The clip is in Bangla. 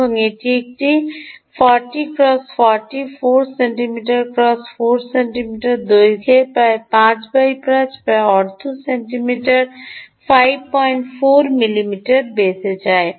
এবং এটির একটি 40 ক্রস 40 4 সেন্টিমিটার ক্রস 4 সেন্টিমিটারের দৈর্ঘ্যের প্রায় 5 5 প্রায় অর্ধ সেন্টিমিটার 545 মিমি বেধে যায়